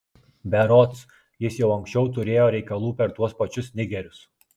berods jis jau anksčiau turėjo reikalų per tuos pačius nigerius